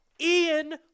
Ian